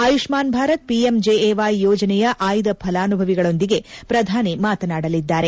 Ayushman Bharat P M J A Y ಯೋಜನೆಯ ಆಯ್ದ ಫಲಾನುಭವಿಗಳೊಂದಿಗೆ ಪ್ರಧಾನಿ ಮಾತನಾಡಲಿದ್ದಾರೆ